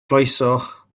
glywsoch